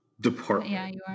department